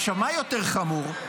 עכשיו, מה יותר חמור?